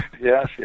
yes